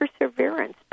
perseverance